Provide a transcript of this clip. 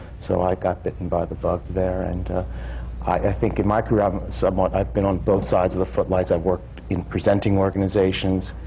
so i got bitten by the bug there. and i think in my career somewhat, i've been on both sides of the footlights. i've worked in presenting organizations,